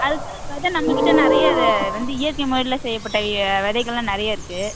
அதுதான் வித நம்மக்கிட்ட நிறைய வ வந்து இயற்கை முறையில் செய்யப்பட்ட விதைகள் எல்லாம் நிறைய இருக்கு